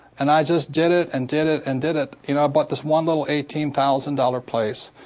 and i just did it and did it and did it. you know i bought this one little eighteen thousand dollars place,